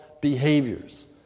Behaviors